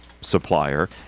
supplier